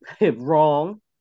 wrong